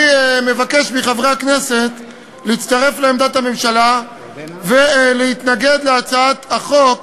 אני מבקש מחברי הכנסת להצטרף לעמדת הממשלה ולהתנגד להצעת החוק,